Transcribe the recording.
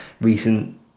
recent